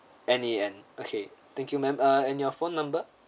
N A N okay thank you ma'am uh and your phone number